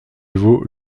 vaut